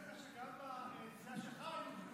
אני מזכיר לך ש גם במפלגה שלך היו,